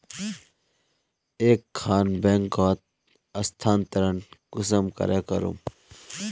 एक खान बैंकोत स्थानंतरण कुंसम करे करूम?